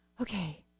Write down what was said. okay